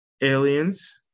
aliens